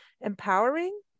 empowering